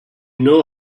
know